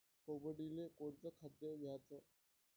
कोंबडीले कोनच खाद्य द्याच?